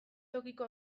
tokiko